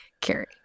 Carrie